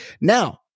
Now